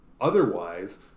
Otherwise